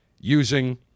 using